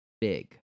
big